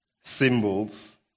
symbols